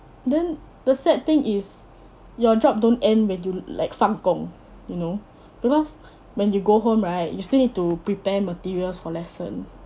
then the sad thing is your job don't end when you like 放工 you know because when you go home right you still need to prepare materials for lesson